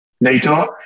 NATO